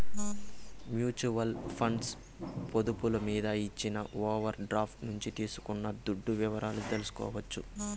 mutual funds పొదుపులు మీద ఇచ్చిన ఓవర్ డ్రాఫ్టు నుంచి తీసుకున్న దుడ్డు వివరాలు తెల్సుకోవచ్చు